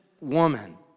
woman